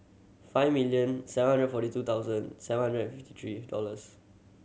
five million seven hundred forty two thousand seven hundred and fifty three dollars